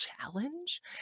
challenge